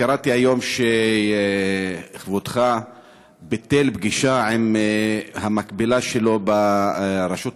קראתי היום שכבודך ביטל פגישה עם המקבילה שלו ברשות הפלסטינית,